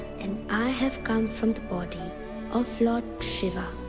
and i have come from the body of lord shiva.